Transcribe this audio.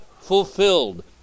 fulfilled